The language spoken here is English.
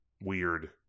weird